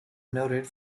noted